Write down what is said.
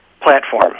platform